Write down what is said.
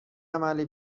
عمل